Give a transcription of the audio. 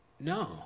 no